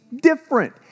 different